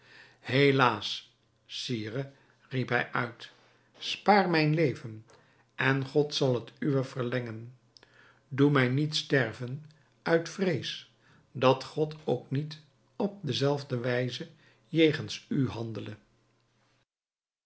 helaas sire riep hij uit spaar mijn leven en god zal het uwe verlengen doe mij niet sterven uit vrees dat god ook niet op dezelfde wijze jegens u handele